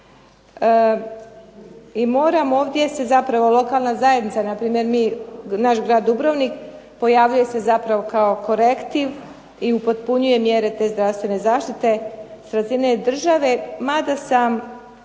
I moram ovdje se zapravo lokalna zajednica npr. naš grad Dubrovnik pojavljuje se kao korektiv i upotpunjuje te mjere zdravstvene zaštite sa razine države, mada sam